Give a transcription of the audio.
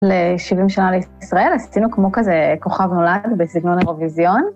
ל-70 שנה לישראל, עשינו כמו כזה כוכב נולד בסגנון אירוויזיון.